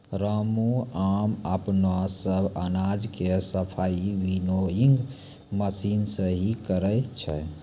रामू आबॅ अपनो सब अनाज के सफाई विनोइंग मशीन सॅ हीं करै छै